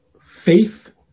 faith